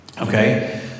okay